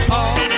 Paul